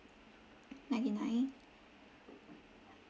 ninety nine